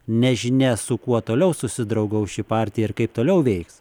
nežinia su kuo toliau susidraugaus ši partija ir kaip toliau veiks